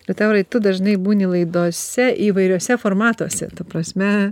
liutaurai tu dažnai būni laidose įvairiuose formatuose ta prasme